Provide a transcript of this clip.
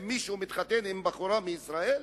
אם מישהו מתחתן עם בחורה מישראל?